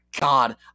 God